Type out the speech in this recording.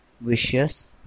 vicious